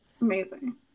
Amazing